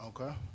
Okay